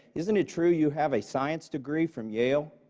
isn't it true you have a science degree from yale?